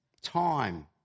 Time